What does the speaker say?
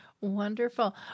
Wonderful